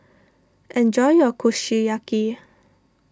enjoy your Kushiyaki